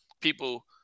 people